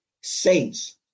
Saints